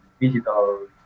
digital